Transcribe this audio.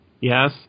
yes